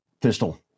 Pistol